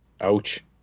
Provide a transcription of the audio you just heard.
Ouch